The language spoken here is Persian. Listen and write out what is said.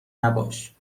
نباش